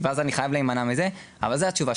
אבל זו התשובה,